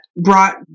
brought